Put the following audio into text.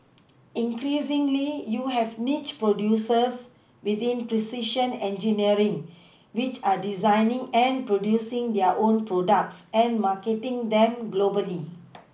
increasingly you have niche producers within precision engineering which are designing and producing their own products and marketing them globally